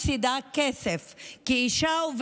מוציאים לשמירת היריון כזאת אף אחד לא שולט מתי האישה יולדת,